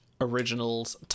originals